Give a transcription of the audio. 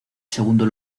segundo